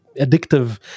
addictive